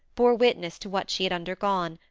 bore witness to what she had undergone,